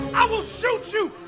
i will shoot you.